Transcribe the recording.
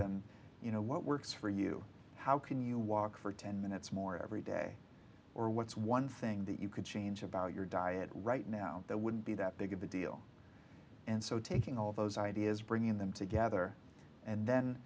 them you know what works for you how can you walk for ten minutes more every day or what's one thing that you could change about your diet right now that wouldn't be that big of a deal and so taking all those ideas bringing them together and